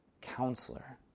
counselor